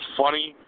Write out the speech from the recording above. funny